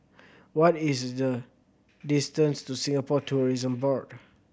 what is the distance to Singapore Tourism Board